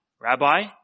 Rabbi